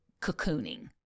cocooning